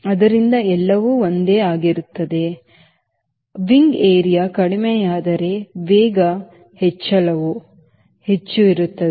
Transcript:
ಆದ್ದರಿಂದ ಎಲ್ಲವೂ ಒಂದೇ ಆಗಿರುತ್ತದೆ ರೆಕ್ಕೆ ಪ್ರದೇಶವು ಕಡಿಮೆಯಾದರೆ ವೇಗ ಹೆಚ್ಚಳವು ಹೆಚ್ಚು ಇರುತ್ತದೆ